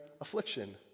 affliction